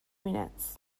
minutes